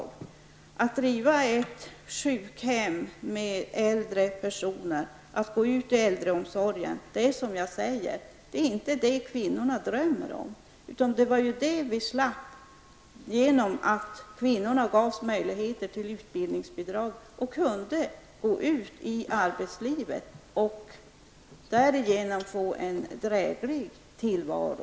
Att driva ett sjukhem med äldre personer, att starta eget i äldreomsorgen -- det är inte det kvinnorna drömmer om. Det var ju det vi slapp genom att kvinnorna gavs möjligheter till utbildningsbidrag, kunde gå ut i arbetslivet och därigenom få en dräglig tillvaro.